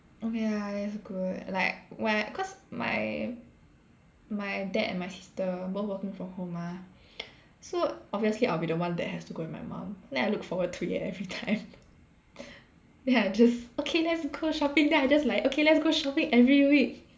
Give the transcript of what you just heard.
okay ah that's good like when I cause my my dad and my sister both working from home mah so obviously I'll be the one that has to go with my mom then I look forward to it every time ya I just okay let's go shopping then I just like okay let's go shopping every week